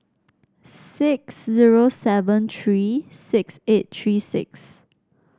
six zero seven three six eight three six